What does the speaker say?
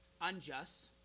unjust